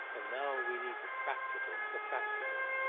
ah now we need the practical, the practical.